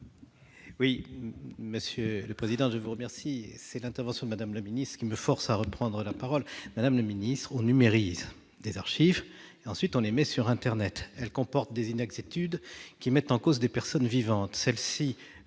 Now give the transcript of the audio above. Oui, Monsieur le Président, je vous remercie, c'est l'intervention de Madame le Ministre, qui me force à reprendre la parole madame le ministre, on numérise des archives et ensuite on les met sur internet, elle comporte des INEC cette tude qui mettent en cause des personnes vivantes